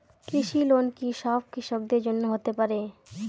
কৃষি লোন কি সব কৃষকদের জন্য হতে পারে?